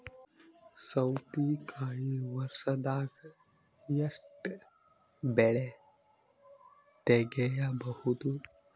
ಸೌತಿಕಾಯಿ ವರ್ಷದಾಗ್ ಎಷ್ಟ್ ಬೆಳೆ ತೆಗೆಯಬಹುದು?